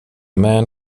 man